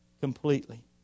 completely